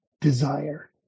desire